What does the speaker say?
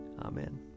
Amen